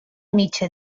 mitja